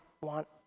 want